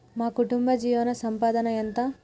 మా కుటుంబ జీవన సంపాదన ఎంత?